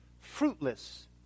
fruitless